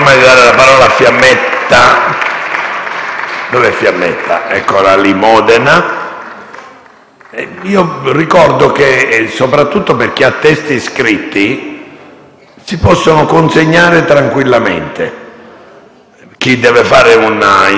Ricordo, soprattutto a chi ha testi scritti, che si possono consegnare tranquillamente. Capisco chi deve fare un intervento orale, ma per chi ha i testi scritti il nostro Regolamento consente